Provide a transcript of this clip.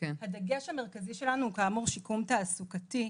הדגש המרכזי שלנו הוא כאמור שיקום תעסוקתי.